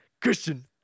Christian